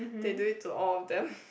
they do it to all of them